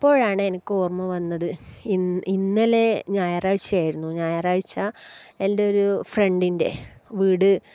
അപ്പോഴാണ് എനിക്ക് ഓർമ്മ വന്നത് ഇന്നലെ ഞായറാഴ്ച്ച ആയിരുന്നു ഞായറാഴ്ച് എൻ്റെ ഒരു ഫ്രണ്ടിൻ്റെ വീട്